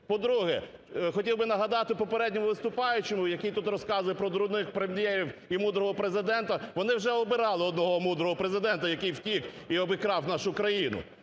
По-друге. Хотів би нагадати попередньому виступаючому, який тут розказує про дурних прем'єрів і мудрого Президента. Вони вже обирали одного мудрого Президента, який втік і обікрав нашу країну.